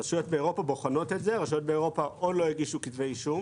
הרשויות באירופה בוחנות את זה והן עוד לא הגישו כתבי אישום.